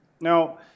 Now